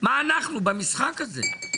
מה אנחנו במשחק הזה?